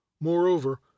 Moreover